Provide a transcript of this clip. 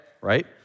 right